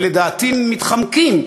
ולדעתי מתחמקים,